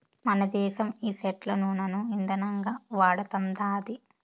మనదేశం ఈ సెట్ల నూనను ఇందనంగా వాడతండాది